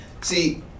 See